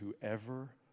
whoever